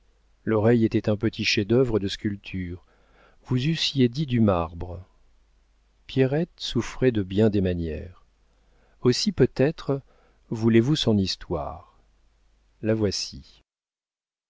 l'oreille était un petit chef-d'œuvre de sculpture vous eussiez dit du marbre pierrette souffrait de bien des manières aussi peut-être voulez-vous son histoire la voici